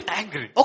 angry